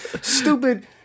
stupid